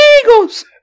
eagles